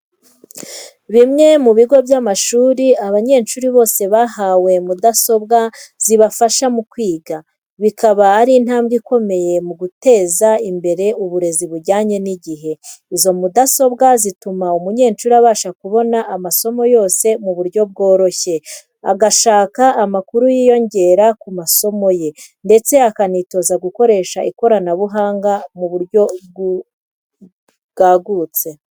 Bimwe mu bigo by'amashuri abanyeshuri bose bahawe mudasobwa zibafasha mu kwiga, bikaba ari intambwe ikomeye mu guteza imbere uburezi bujyanye n'igihe. Izo mudasobwa zituma umunyeshuri abasha kubona amasomo yose mu buryo bworoshye, agashaka amakuru yiyongera ku masomo ye, ndetse akanitoza gukoresha ikoranabuhanga mu buryo bwagutse.